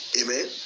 amen